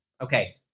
Okay